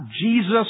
Jesus